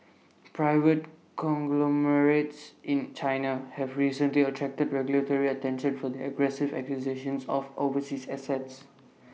private conglomerates in China have recently attracted regulatory attention for their aggressive acquisitions of overseas assets